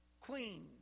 queen